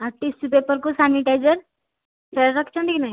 ଆଉ ଟିସୁ ପେପର୍କୁ ସାନିଟାଇଜର୍ ସେଗୁଡା ରଖିଛନ୍ତି କି ନାହିଁ